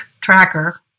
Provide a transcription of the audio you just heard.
tracker